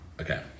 Okay